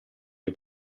dei